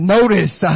Notice